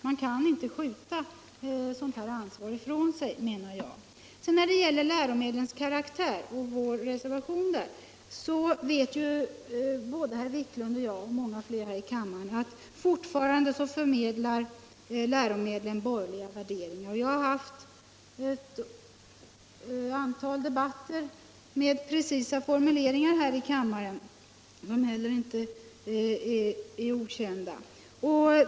Man kan inte skjuta ett sådant ansvar ifrån sig, menar jag. 65 När det gäller läromedlens karaktär och vår reservation på den punkten så vet ju herr Wiklund och jag och många fler i kammaren att läromedlen fortfarande förmedlar borgerliga värderingar. Jag har här i kammaren haft ett antal debatter med precisa formuleringar i läroböcker som heller inte är okända.